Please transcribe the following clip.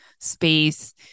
space